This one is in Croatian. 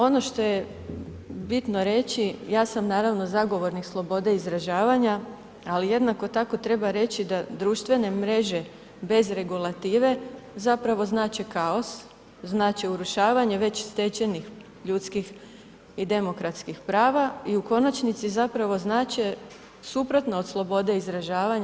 Ono što je bitno reći, ja sam naravno zagovornik slobode izražavanja ali jednako tako treba reći da društvene mreže bez regulative zapravo znače kaos, znače urušavanje već stečenih ljudskih i demokratskih prava i u konačnici zapravo znače suprotno od slobode izražavanja.